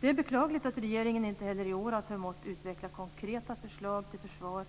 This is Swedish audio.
Det är beklagligt att regeringen inte heller i år har förmått utveckla konkreta förslag till försvar